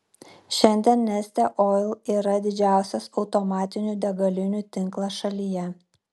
šiandien neste oil yra didžiausias automatinių degalinių tinklas šalyje